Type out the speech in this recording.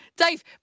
Dave